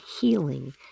healing